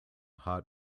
hot